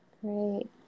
Great